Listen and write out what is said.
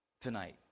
tonight